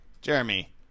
Jeremy